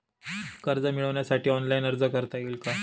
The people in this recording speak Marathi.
कर्ज मिळविण्यासाठी ऑनलाइन अर्ज करता येईल का?